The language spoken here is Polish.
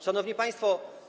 Szanowni Państwo!